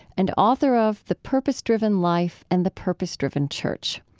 and author of the purpose driven life and the purpose driven church.